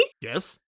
Yes